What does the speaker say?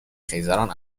خیزران